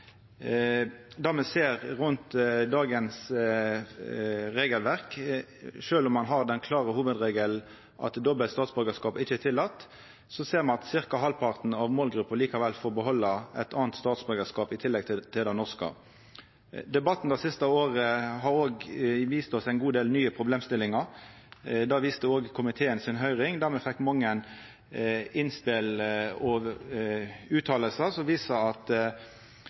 me ser rundt dagens regelverk, sjølv om ein har den klare hovudregelen at dobbel statsborgarskap ikkje er tillaten, er at ca. halvparten av målgruppa likevel får behalda ein annan statsborgarskap i tillegg til den norske. Debatten det siste året har òg vist oss ein god del nye problemstillingar. Det viste òg komiteen si høyring, der me fekk mange innspel og utsegner som